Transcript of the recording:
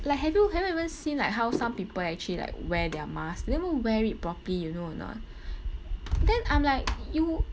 like have you haven't even seen like how some people actually like wear their masks they never wear it properly you know or not then I'm like you